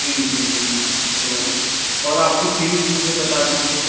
जी जी जी तो और आपकी फ़ीस मुझे बता दीजिए